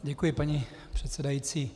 Děkuji, paní předsedající.